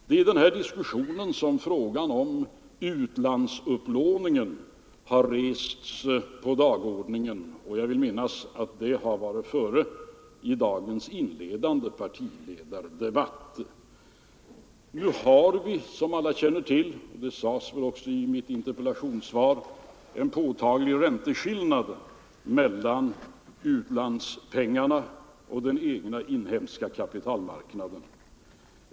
Det är i den här diskussionen som frågan om utlandsupplåningen har kommit på dagordningen — jag vill minnas att den saken var uppe i dagens inledande partiledardebatt. Nu råder det, som alla känner till — jag sade det också i mitt interpellationssvar — en påtaglig ränteskillnad mellan utlandspengarna och den egna inhemska kapitalmarknaden.